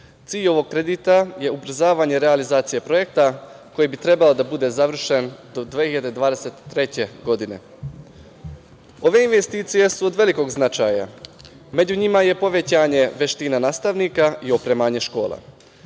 Cilj ovog kredita je ubrzavanje realizacije projekta koji bi trebao da bude završen do 2023. godine. Ove investicije su od velikog značaja. Među njima je povećanje veština nastavnika i opremanje škola.